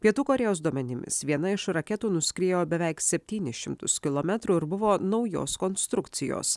pietų korėjos duomenimis viena iš raketų nuskriejo beveik septynis šimtus kilometrų ir buvo naujos konstrukcijos